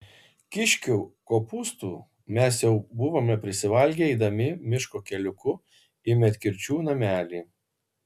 kiškių kopūstų mes jau buvome prisivalgę eidami miško keliuku į medkirčių namelį